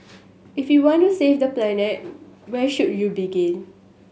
if you want to save the planet where should you begin